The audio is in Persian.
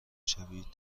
شوید